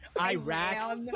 iraq